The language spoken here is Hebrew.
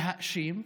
להאשים,